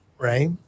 right